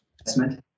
investment